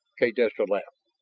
kaydessa laughed.